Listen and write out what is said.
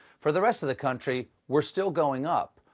for the rest of the country, we're still going up.